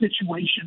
situation